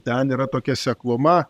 ten yra tokia sekluma